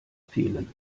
fehlen